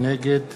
נגד